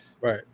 Right